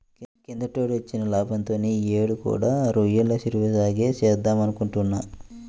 కిందటేడొచ్చిన లాభంతో యీ యేడు కూడా రొయ్యల చెరువు సాగే చేద్దామనుకుంటున్నా